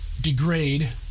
degrade